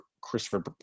Christopher